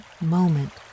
moment